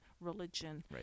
religion